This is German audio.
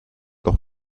doch